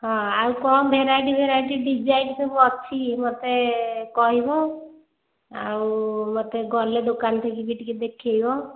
ହଁ ଆଉ କଣ ଭେରାଇଟି ଭେରାଇଟି ଡିଜାଇନ ସବୁ ଅଛି ମୋତେ କହିବ ଆଉ ମୋତେ ଗଲେ ଦୋକାନ ଠି ବି ଟିକେ ଦେଖେଇବ